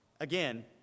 Again